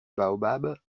baobab